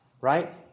right